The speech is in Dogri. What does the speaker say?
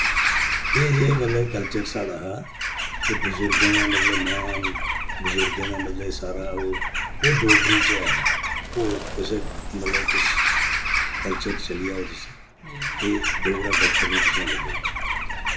एह् जे मतलब कल्चर साढ़ा हा कि बजुर्गें दा मतलब मान बजुर्गें दा मतलब कि सारा ओ ओह् डोगरी च ऐ हा होर कुसै मतलब तुस कल्चर च चली जाओ तुस एह् डोगरा कल्चर नि तुसें लब्भग